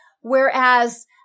Whereas